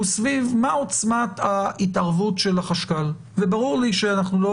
סביב מה עוצמת ההתערבות של החשב הכללי וברור לי שאנחנו לא